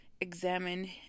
examine